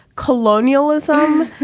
colonialism,